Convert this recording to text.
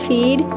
Feed